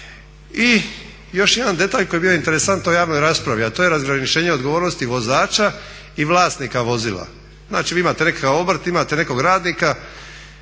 I još jedan detalj koji je bio interesantan u javnoj raspravi a to je razgraničenje odgovornosti vozača i vlasnika vozila. Znači vi imate nekakav obrt, imate nekog radnika